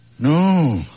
No